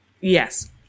Yes